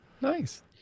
Nice